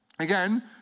again